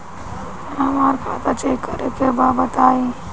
हमरा खाता चेक करे के बा बताई?